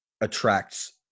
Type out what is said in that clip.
attracts